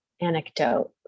anecdote